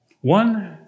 One